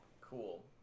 Cool